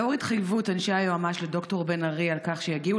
לאור התחייבות אנשי היועמ"ש לד"ר בן ארי על כך שיגיעו